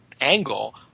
angle